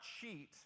cheat